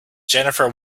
jennifer